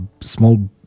small